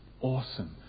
awesome